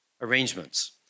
arrangements